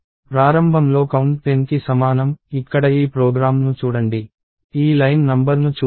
ప్రారంభంలో కౌంట్ 10 కి సమానం ఇక్కడ ఈ ప్రోగ్రామ్ను చూడండి ఈ లైన్ నంబర్ను చూద్దాం